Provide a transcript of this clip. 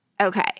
Okay